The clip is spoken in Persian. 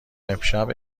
امشب